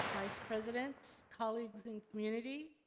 vice-presidents, colleagues, and community.